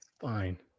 Fine